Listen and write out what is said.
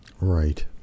right